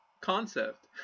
concept